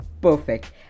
perfect